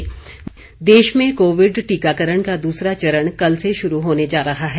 टीकाकरण देश में कोविड टीकाकरण का दूसरा चरण कल से शुरू होने जा रहा है